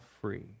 free